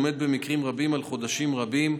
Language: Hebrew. עומד במקרים רבים על חודשים רבים,